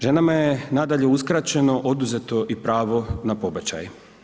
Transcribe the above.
Ženama je nadalje uskraćeno oduzeto i pravo na pobačaj.